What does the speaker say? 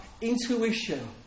intuition